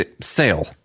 sale